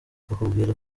akakubwira